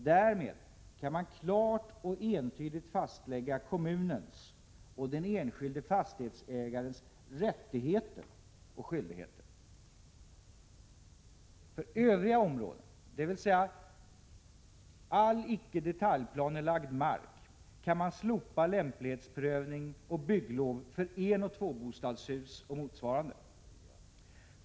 Därmed kan man klart och entydigt fastlägga kommunens och den enskilde fastighetsägarens rättigheter och skyldigheter. För övriga områden, dvs. all icke detaljplanelagd mark, kan man slopa lämplighetsprövning och bygglov för enoch tvåbostadshus och motsvarande.